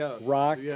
Rock